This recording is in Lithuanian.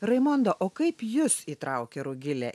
raimondo o kaip jus įtraukė rugilė